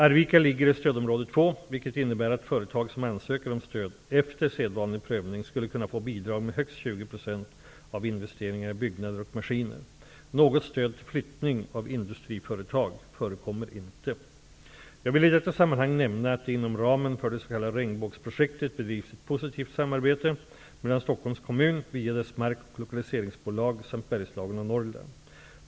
Arvika ligger i stödområde 2, vilket innebär att företag som ansöker om stöd efter sedvanlig prövning skulle kunna få bidrag med högst 20 % av investeringar i byggnader och maskiner. Något stöd till flyttning av industriföretag förekommer inte. Jag vill i detta sammanhang nämna att det inom ramen för det s.k. Regnbågsprojektet bedrivs ett positivt samarbete mellan Stockholms kommun via dess mark och lokaliseringsbolag samt Bergslagen och Norrland.